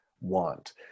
want